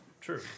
true